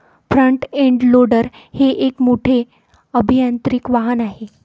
front end loader हे एक मोठे अभियांत्रिकी वाहन आहे